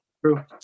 True